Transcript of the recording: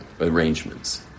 arrangements